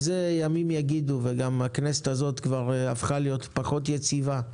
ימים יגידו וגם הכנסת הזאת כבר הפכה להיות פחות יציבה.